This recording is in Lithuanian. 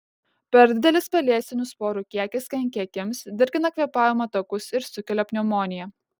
per didelis pelėsinių sporų kiekis kenkia akims dirgina kvėpavimo takus ir sukelia pneumoniją